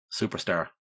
Superstar